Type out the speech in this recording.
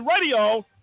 Radio